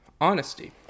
honesty